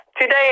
today